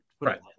right